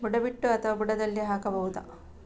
ಬುಡ ಬಿಟ್ಟು ಅಥವಾ ಬುಡದಲ್ಲಿ ಹಾಕಬಹುದಾ?